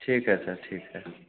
ठीक है सर ठीक है